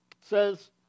says